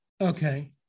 Okay